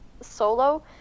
solo